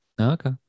Okay